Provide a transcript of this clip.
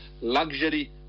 luxury